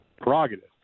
prerogative